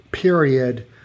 period